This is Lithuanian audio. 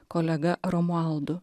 kolega romualdu